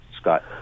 Scott